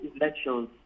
elections